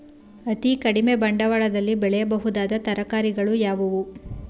ಅತೀ ಕಡಿಮೆ ಬಂಡವಾಳದಲ್ಲಿ ಬೆಳೆಯಬಹುದಾದ ತರಕಾರಿಗಳು ಯಾವುವು?